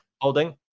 holding